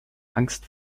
angst